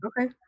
Okay